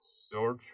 search